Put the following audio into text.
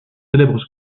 célèbre